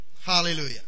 Hallelujah